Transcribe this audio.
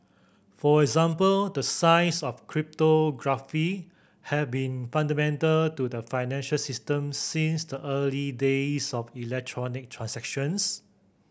for example the science of cryptography have been fundamental to the financial system since the early days of electronic transactions